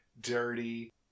dirty